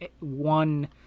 one